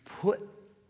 put